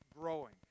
growing